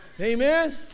Amen